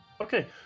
Okay